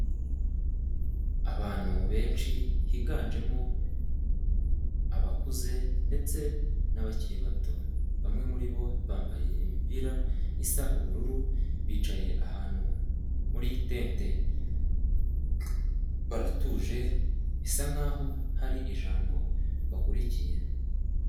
Abantu benshi higanjemo abakuze ndetse n'abakiri bato, bamwe muri bo bambaye imipira isa ubururu bicaye ahantu muri tente, baratuje bisa nk'aho aho hari ijambo bakurikiye.